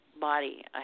body